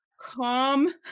calm